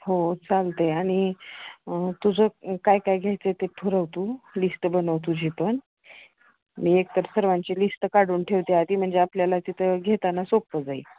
हो चालते आणि तुझं काय काय घ्यायचं आहे ते ठरव तू लिस्ट बनव तुझी तू जे पण मी एक तर सर्वांचे लिस्ट काढून ठेवते आधी म्हणजे आपल्याला तिथं घेताना सोप्पं जाईल